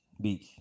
Beach